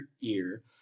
ear